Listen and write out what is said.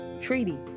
treaty